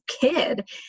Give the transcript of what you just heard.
kid